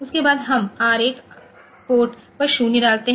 उसके बाद हम आर 1 पोर्ट पर 0 डालते हैं